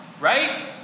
right